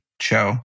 show